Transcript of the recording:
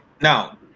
now